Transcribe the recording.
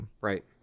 right